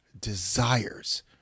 desires